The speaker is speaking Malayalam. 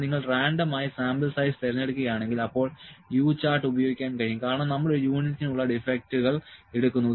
എന്നാൽ നിങ്ങൾ റാൻഡമായി സാമ്പിൾ സൈസ് തിരഞ്ഞെടുക്കുകയാണെങ്കിൽ അപ്പോൾ U ചാർട്ട് ഉപയോഗിക്കാൻ കഴിയും കാരണം നമ്മൾ ഒരു യൂണിറ്റിനുള്ള ഡിഫെക്ടുകൾ എടുക്കുന്നു